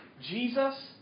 Jesus